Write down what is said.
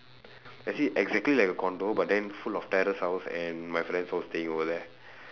actually exactly like a condo but then full of terrace house and my friends all staying over there